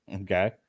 Okay